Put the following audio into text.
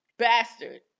bastard